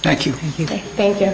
thank you thank you